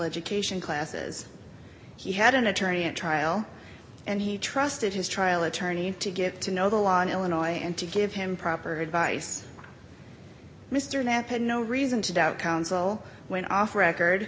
education classes he had an attorney and trial and he trusted his trial attorney to get to know the law in illinois and to give him proper advice mr knapp had no reason to doubt counsel went off the record